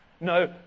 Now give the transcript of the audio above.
no